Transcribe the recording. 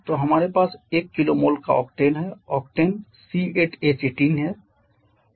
तो हमारे पास 1 kmol का ऑक्टेन है ऑक्टेन C8H18 है